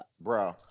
bro